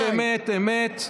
אמת, אמת, אמת.